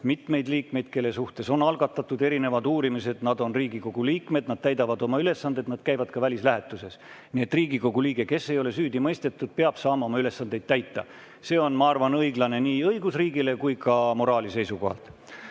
mitmeid liikmeid, kelle suhtes on algatatud uurimisi, aga nad on Riigikogu liikmed, nad täidavad oma ülesandeid, nad käivad ka välislähetuses. Nii et Riigikogu liige, kes ei ole süüdi mõistetud, peab saama oma ülesandeid täita. See on, ma arvan, õiglane nii õigusriigi kui ka moraali seisukohalt. Läheme